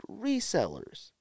resellers